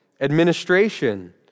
administration